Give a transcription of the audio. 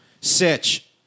sitch